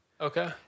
Okay